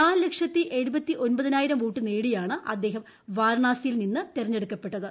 നാല് ലക്ഷത്തി എഴുപത്തി ഒൻപതിനായിരം വോട്ട് നേടിയാണ് അദ്ദേഹം വാരണാസിയിൽ നിന്ന് തെരഞ്ഞെടുക്കപ്പെട്ടത്